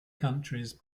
countries